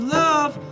love